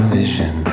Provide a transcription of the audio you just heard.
Vision